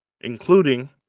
including